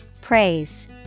Praise